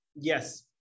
Yes